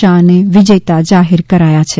શાહને વિજેતા જાહેર કરાયા છે